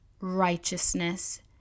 righteousness